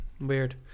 Weird